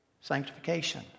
Sanctification